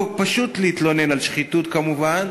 לא פשוט להתלונן על שחיתות, כמובן.